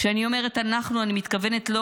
כשאני אומרת 'אנחנו' אני מתכוונת לא